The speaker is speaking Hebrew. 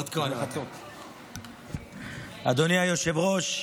אדוני היושב-ראש,